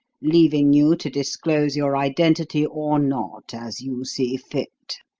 leaving you to disclose your identity or not, as you see fit.